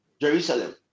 Jerusalem